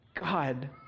God